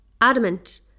adamant